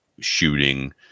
shooting